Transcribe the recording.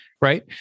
right